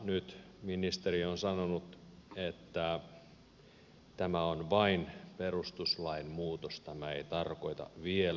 nyt ministeri on sanonut että tämä on vain perustuslain muutos tämä ei tarkoita vielä mitään